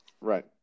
right